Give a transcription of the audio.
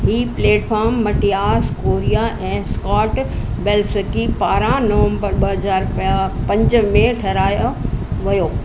ही platform Matias Corea ऐं Scott Belsky पारां नवंबर ॿ हज़ार प पंज में ठहिरायो वियो